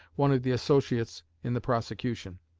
one of the associates in the prosecution.